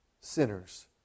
sinners